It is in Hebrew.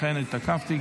לכן התעכבתי.